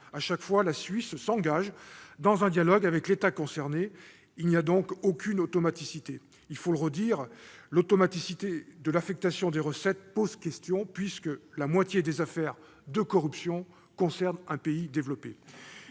Chaque fois, la Suisse s'engage dans un dialogue avec l'État concerné. Il n'y a donc aucune automaticité. Il faut le redire : l'automaticité de l'affectation des recettes pose question, puisque la moitié des affaires de corruption concerne les pays développés.